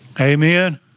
Amen